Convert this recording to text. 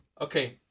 Okay